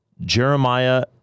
Jeremiah